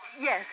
Yes